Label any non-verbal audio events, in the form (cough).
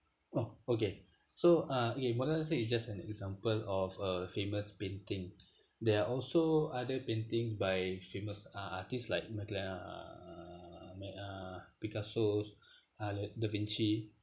oh okay so uh mona lisa is just an example of a famous painting (breath) there are also other paintings by famous ar~ artists like micha~ uh mic~ uh picasso (breath) uh da vinci